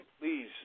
please